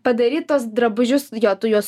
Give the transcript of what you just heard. padaryt tuos drabužius jo tu juos